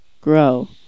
Grow